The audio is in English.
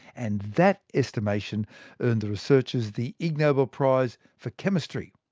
and that estimation earned the researchers the ig nobel prize for chemistry.